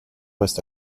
reste